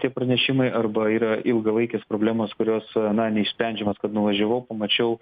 tie pranešimai arba yra ilgalaikės problemos kurios na neišsprendžiamos kad nuvažiavau pamačiau